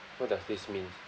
what does this mean